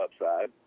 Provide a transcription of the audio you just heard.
upside